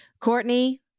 Courtney